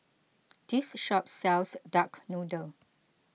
this shop sells Duck Noodle